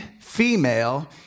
female